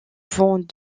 vont